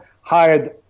hired